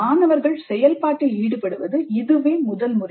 மாணவர்கள் செயல்பாட்டில் ஈடுபடுவது இதுவே முதல் முறை